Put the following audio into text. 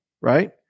Right